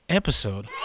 episode